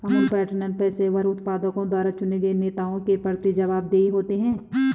Amul pattern पेशेवर उत्पादकों द्वारा चुने गए नेताओं के प्रति जवाबदेह होते हैं